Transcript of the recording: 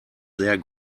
sehr